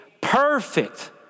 perfect